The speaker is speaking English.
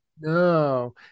no